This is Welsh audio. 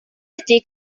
ydy